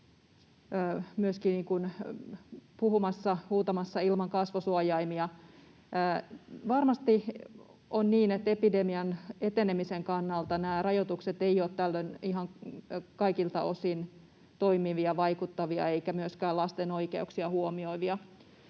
puhumassa, huutamassa ilman kasvosuojaimia. Varmasti on niin, että epidemian etenemisen kannalta nämä rajoitukset eivät ole tällöin ihan kaikilta osin toimivia, vaikuttavia eivätkä myöskään lasten oikeuksia